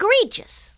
egregious